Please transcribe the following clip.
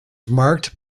marked